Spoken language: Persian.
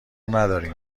نداریم